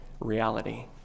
reality